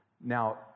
Now